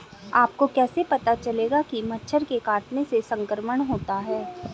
आपको कैसे पता चलेगा कि मच्छर के काटने से संक्रमण होता है?